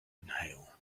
inhale